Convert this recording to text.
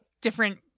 different